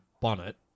bonnet